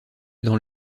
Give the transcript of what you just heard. dans